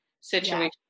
situation